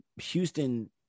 Houston